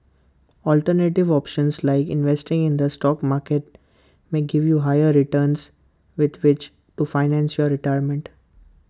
alternative options like investing in the stock market may give you higher returns with which to financial your retirement